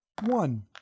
One